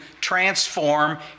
transform